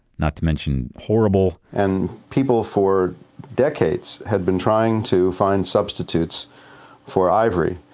not to mention horrible and people for decades had been trying to find substitutes for ivory,